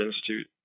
Institute